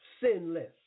sinless